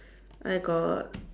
I got